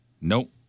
Nope